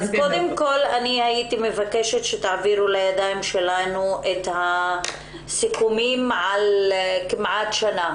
הייתי מבקשת שתעבירו לידינו את הסיכומים על כמעט שנה,